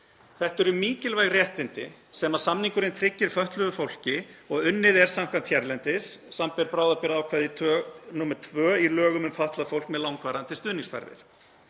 Þetta eru mikilvæg réttindi sem samningurinn tryggir fötluðu fólki og unnið er samkvæmt hérlendis, samanber bráðabirgðaákvæði II í lögum um fatlað fólk með langvarandi stuðningsþarfir.